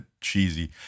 cheesy